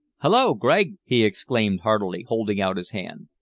hulloa, gregg! he exclaimed heartily, holding out his hand.